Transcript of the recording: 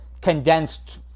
condensed